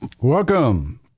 Welcome